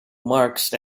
marks